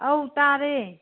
ꯑꯧ ꯇꯥꯔꯦ